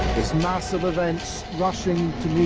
there's massive events rushing